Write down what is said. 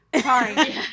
Sorry